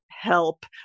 help